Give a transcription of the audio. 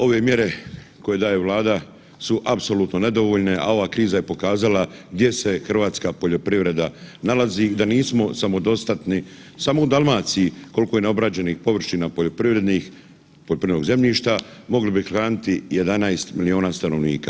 Ove mjere koje daje Vlada su apsolutno nedovoljne, a ova kriza je pokazala gdje se hrvatska poljoprivreda nalazi i da nismo samodostatni samo u Dalmaciji kolko je neobrađenih površina poljoprivrednih poljoprivrednog zemljišta mogli bi hraniti 11 miliona stanovnika.